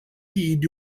heed